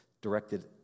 directed